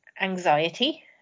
anxiety